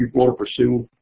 want to pursue.